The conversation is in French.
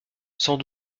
sans